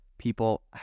People